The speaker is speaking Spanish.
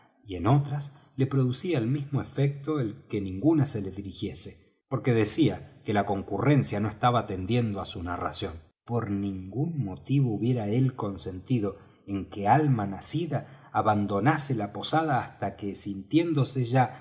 y en otras le producía el mismo efecto el que ninguna se le dirijiese porque decía que la concurrencia no estaba atendiendo á su narración por ningún motivo hubiera él consentido en que alma nacida abandonase la posada hasta que sintiéndose ya